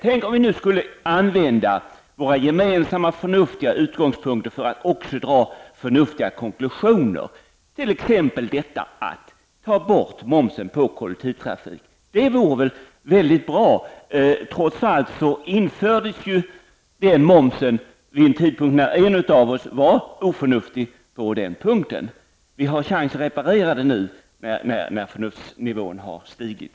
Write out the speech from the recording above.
Tänk om vi nu skulle använda våra gemensamma förnuftiga utgångspunkter till att också dra förnuftiga konklusioner, t.ex. att ta bort momsen på kollektivtrafik. Det vore väl väldigt bra. Trots allt infördes den momsen vid en tidpunkt när en av oss var mindre förnuftig på den punkten. Vi har chans att reparera skadan nu när förnuftsnivån har stigit.